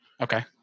Okay